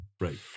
Right